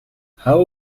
how